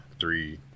three